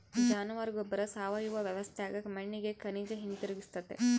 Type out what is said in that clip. ಜಾನುವಾರ ಗೊಬ್ಬರ ಸಾವಯವ ವ್ಯವಸ್ಥ್ಯಾಗ ಮಣ್ಣಿಗೆ ಖನಿಜ ಹಿಂತಿರುಗಿಸ್ತತೆ